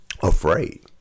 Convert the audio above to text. afraid